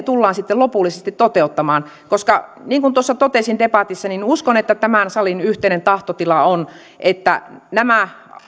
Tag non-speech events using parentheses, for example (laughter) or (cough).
(unintelligible) tullaan lopullisesti toteuttamaan niin kuin totesin debatissa uskon että tämän salin yhteinen tahtotila on että nämä